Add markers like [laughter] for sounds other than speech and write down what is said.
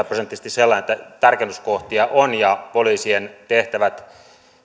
[unintelligible] prosenttisesti sellaista että tarkennuskohtia on ja poliisien tehtävät